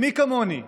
מי כמוני,